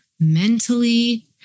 mentally